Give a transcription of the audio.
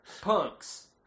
Punks